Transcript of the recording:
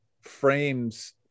frames